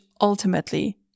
ultimately